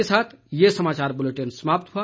इसी के साथ ये समाचार बुलेटिन समाप्त हुआ